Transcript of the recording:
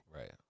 Right